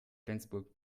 flensburg